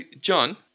John